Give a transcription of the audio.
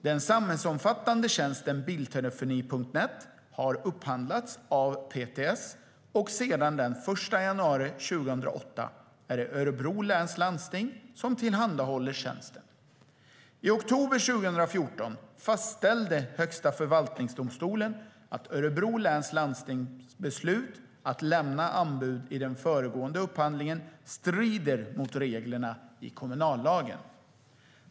Den samhällsomfattande tjänsten bildtelefoni.net har upphandlats av PTS, och sedan den 1 januari 2008 är det Örebro läns landsting som tillhandahåller tjänsten. I oktober 2014 fastställde Högsta förvaltningsdomstolen att Örebro läns landstings beslut att lämna anbud i den föregående upphandlingen strider mot reglerna i kommunallagen.